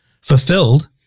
fulfilled